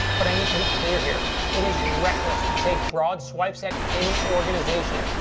but i need to be clear here. it is reckless to take broad swipes at any organization,